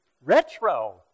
Retro